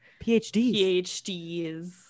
PhDs